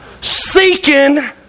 seeking